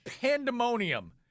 pandemonium